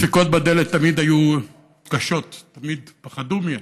שהדפיקות בדלת תמיד היו תמיד קשות, תמיד פחדו מהן.